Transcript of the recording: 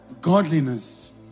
godliness